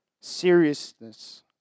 seriousness